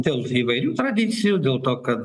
dėl įvairių tradicijų dėl to kad